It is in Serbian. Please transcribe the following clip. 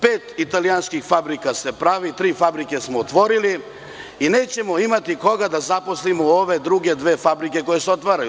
Pet italijanskih fabrika se pravi, tri fabrike smo otvorili i nećemo imati koga da zaposlimo u ove dve druge fabrike koje se otvaraju.